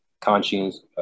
conscience